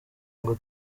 ngo